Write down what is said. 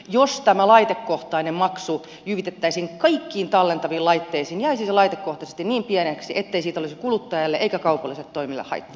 jos tämä laitekohtainen maksu jyvitettäisiin kaikkiin tallentaviin laitteisiin jäisi se mielestäni laitekohtaisesti niin pieneksi ettei siitä olisi kuluttajalle eikä kaupalliselle toimijalle haittaa